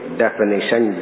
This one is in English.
definition